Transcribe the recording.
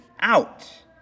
out